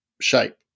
shape